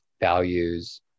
values